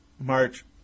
march